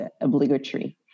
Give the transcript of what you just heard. obligatory